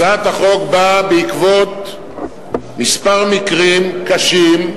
הצעת החוק באה בעקבות כמה מקרים קשים,